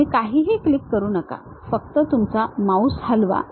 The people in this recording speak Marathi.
तुम्ही काहीही क्लिक करू नका फक्त तुमचा माउस हलवा